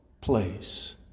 place